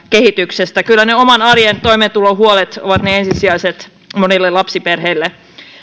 kehityksestä kyllä ne oman arjen toimeentulohuolet ovat ensisijaiset monille lapsiperheille